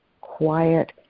quiet